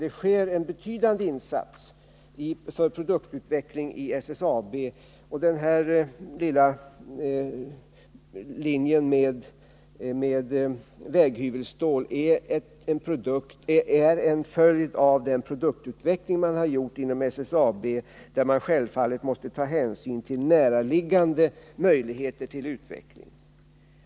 Det sker en betydande insats på produktutveckling i SSAB, och den här lilla produktionslinjen som avser väghyvelstål är en följd av den produktutvecklingen, där man självfallet måste ta hänsyn till näraliggande möjligheter till utveckling.